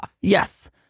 yes